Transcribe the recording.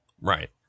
right